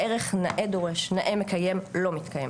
הערך 'נאה דורש - נאה מקיים' לא מתקיים,